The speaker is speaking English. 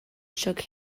shook